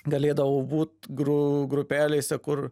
galėdavau būt gru grupelėse kur